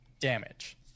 damage